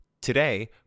Today